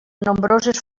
nombroses